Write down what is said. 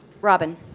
Robin